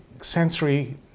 sensory